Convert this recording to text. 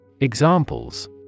Examples